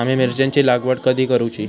आम्ही मिरचेंची लागवड कधी करूची?